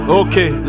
okay